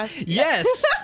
yes